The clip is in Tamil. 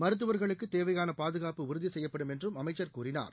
மருத்துவர்களுக்கு தேவையான பாதுகாப்பு உறுதி செய்யப்படும் என்றும் அமைச்சர் கூறினார்